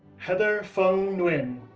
heather phung nguyen,